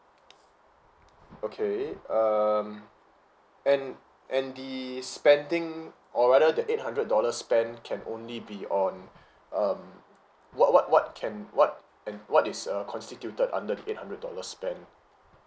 okay um and and the spending or rather the eight hundred dollars spent can only be on um what what what can what and what is err constituted under the eight hundred dollars spent